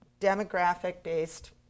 demographic-based